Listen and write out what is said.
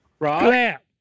clap